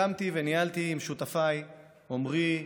הקמתי וניהלתי עם שותפיי עמרי,